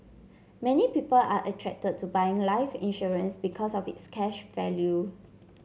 many people are attracted to buying life insurance because of its cash value